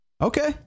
Okay